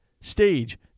stage